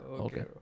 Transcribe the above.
Okay